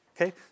okay